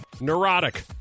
Neurotic